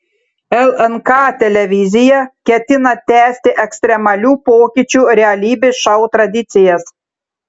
lnk televizija ketina tęsti ekstremalių pokyčių realybės šou tradicijas